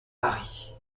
hari